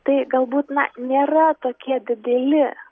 tai galbūt na nėra tokie dideli